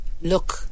look